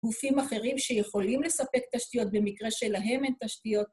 גופים אחרים שיכולים לספק תשתיות, במקרה שלהם אין תשתיות.